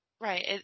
Right